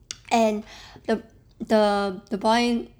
and the the boy